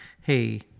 hey